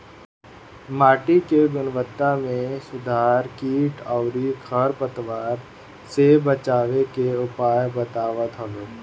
माटी के गुणवत्ता में सुधार कीट अउरी खर पतवार से बचावे के उपाय बतावत हवे